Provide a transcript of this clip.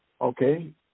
Okay